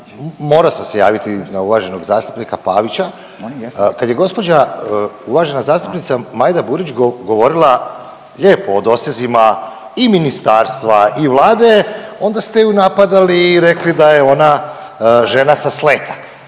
Morao sam se javiti na uvaženog zastupnika Pavića. Kad je gospođa uvažena zastupnica Majda Burić govorila lijepo o dosezima i ministarstva i Vlade onda ste ju napadali i rekli da je ona žena sa